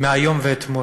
מהיום ואתמול.